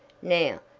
now,